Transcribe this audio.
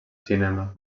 cinema